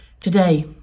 Today